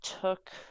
took